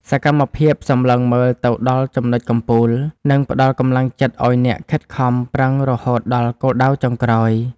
សកម្មភាពសម្លឹងមើលទៅដល់ចំណុចកំពូល នឹងផ្ដល់កម្លាំងចិត្តឱ្យអ្នកខិតខំឡើងរហូតដល់គោលដៅចុងក្រោយ។